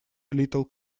little